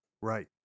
right